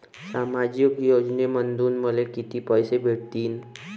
सामाजिक योजनेमंधून मले कितीक पैसे भेटतीनं?